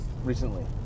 recently